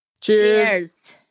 cheers